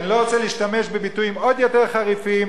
אני לא רוצה להשתמש בביטויים עוד יותר חריפים,